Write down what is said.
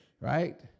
right